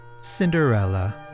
Cinderella